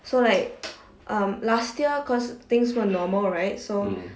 so like um last year because things were normal right so